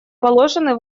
положены